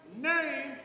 name